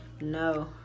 no